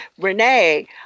Renee